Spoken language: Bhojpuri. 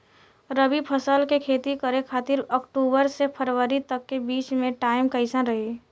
रबी फसल के खेती करे खातिर अक्तूबर से फरवरी तक के बीच मे टाइम कैसन रही?